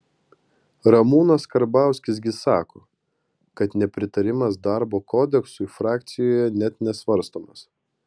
ramūnas karbauskis gi sako kad nepritarimas darbo kodeksui frakcijoje net nesvarstomas